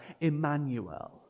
Emmanuel